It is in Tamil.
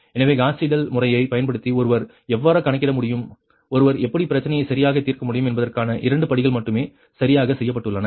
எனவே காஸ் சீடெல் முறையைப் பயன்படுத்தி ஒருவர் எவ்வாறு கணக்கிட முடியும் ஒருவர் எப்படி பிரச்சனையை சரியாக தீர்க்க முடியும் என்பதற்கான இரண்டு படிகள் மட்டுமே சரியாக செய்யப்பட்டுள்ளன